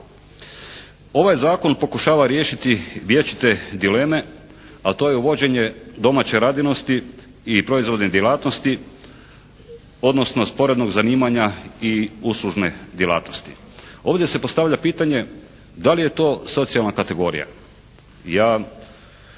Ovaj Zakon pokušava riješiti vječite dileme, a to je uvođenje domaće radinosti i proizvodne djelatnosti, odnosno sporednog zanimanja i uslužne djelatnosti. Ovdje se postavlja pitanje da li je to socijalna kategorija?